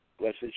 Blessed